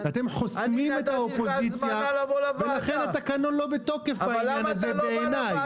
אתם חוסמים את האופוזיציה ולכן התקנון לא בתוקף בעניין הזה בעיניי.